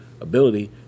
ability